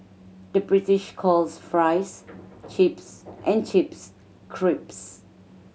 the British calls fries chips and chips crisps